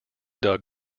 dug